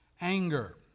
anger